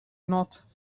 not